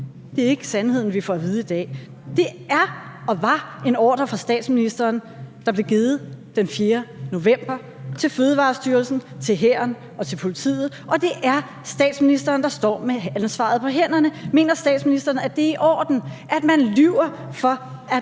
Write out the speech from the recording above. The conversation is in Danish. Det er ikke sandheden, vi får at vide i dag. Det er og var en ordre fra statsministeren, der blev givet den 4. november til Fødevarestyrelsen, til hæren og til politiet, og det er statsministeren, der står med ansvaret i hænderne. Mener statsministeren, at det er i orden, at man lyver for at